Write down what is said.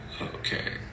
Okay